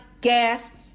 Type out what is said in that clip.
gas